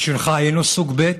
בשבילך היינו סוג ב'